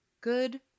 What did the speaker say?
Good